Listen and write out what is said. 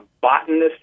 botanist